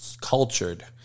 cultured